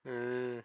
mm